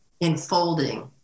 enfolding